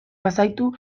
bazaitu